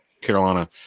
Carolina